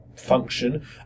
function